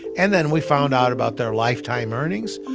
and then we found out about their lifetime earnings.